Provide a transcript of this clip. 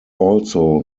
also